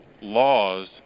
laws